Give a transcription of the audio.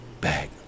back